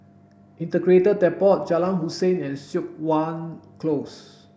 Integrated Depot Jalan Hussein and Siok Wan Close